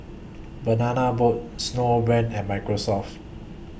Banana Boat Snowbrand and Microsoft